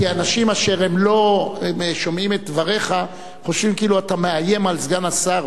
כי אנשים אשר לא שומעים את דבריך חושבים כאילו אתה מאיים על סגן השר,